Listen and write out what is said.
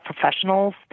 Professionals